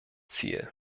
ziel